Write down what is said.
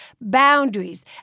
boundaries